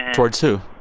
towards who?